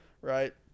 Right